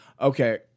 Okay